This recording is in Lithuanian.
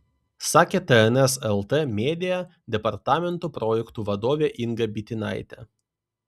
sakė tns lt media departamento projektų vadovė inga bitinaitė